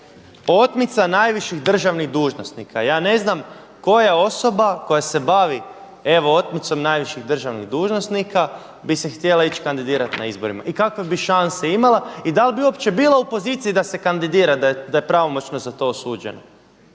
Otmica najviših državnih dužnosnika. Ja ne znam koja osoba koja se bavi otmicom najviših državnih dužnosnika bi se htjela ići kandidirati na izborima i kakve bi šanse imala i da li bi uopće bila u poziciji da se kandidira da je pravomoćno za to osuđena.